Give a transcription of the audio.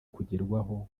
kugerwaho